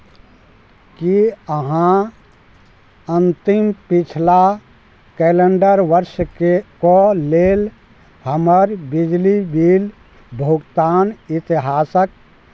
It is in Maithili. की अहाँ अन्तिम पछिला कैलेंडर वर्षके कऽ लेल हमर बिजली बिल भुगतान इतिहासक